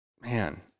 man